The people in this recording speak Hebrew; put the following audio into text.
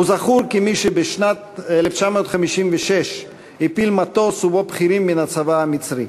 הוא זכור כמי שבשנת 1956 הפיל מטוס ובו בכירים מן הצבא המצרי.